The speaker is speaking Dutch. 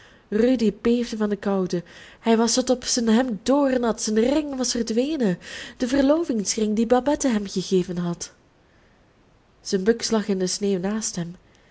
rudy beefde van de koude hij was tot op zijn hemd doornat zijn ring was verdwenen de verlovingsring dien babette hem gegeven had zijn buks lag in de sneeuw naast hem